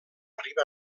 riba